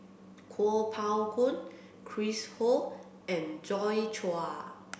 Kuo Pao Kun Chris Ho and Joi Chua